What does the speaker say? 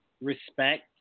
respect